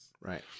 Right